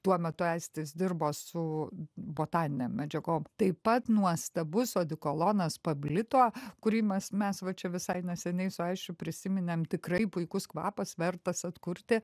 tuo metu aistis dirbo su botaninėm medžiagom taip pat nuostabus odekolonas pablito kūrimas mes va čia visai neseniai su aisčiu prisiminėm tikrai puikus kvapas vertas atkurti